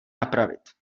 napravit